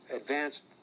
advanced